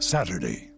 Saturday